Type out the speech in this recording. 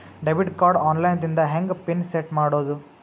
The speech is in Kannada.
ಡೆಬಿಟ್ ಕಾರ್ಡ್ ಆನ್ ಲೈನ್ ದಿಂದ ಹೆಂಗ್ ಪಿನ್ ಸೆಟ್ ಮಾಡೋದು?